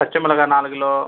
பச்சை மிளகா நாலு கிலோ